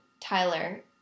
Tyler